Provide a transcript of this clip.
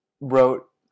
wrote